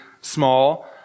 small